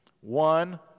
One